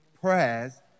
prayers